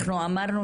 אנחנו אמרנו